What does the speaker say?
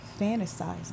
fantasizing